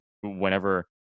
whenever